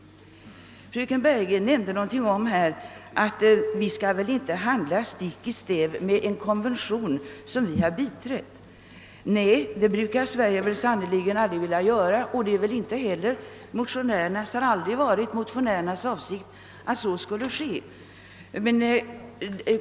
Fröken Bergegren nämnde någonting om att vi inte skall handla stick i stäv med en konvention som vi har biträtt. Nej, det brukar Sverige sannerligen inte vilja göra, och det har aldrig varit motionärernas avsikt att så skulle ske.